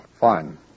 Fine